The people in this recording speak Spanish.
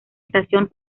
estación